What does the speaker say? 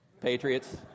Patriots